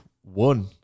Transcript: one